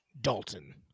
Dalton